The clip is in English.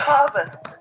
Harvest